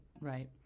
right